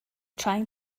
trying